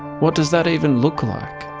what does that even look like?